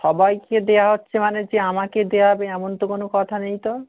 সবাইকে দেওয়া হচ্ছে মানে যে আমাকে দেওয়া হবে এমন তো কোনও কথা নেই তো